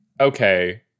Okay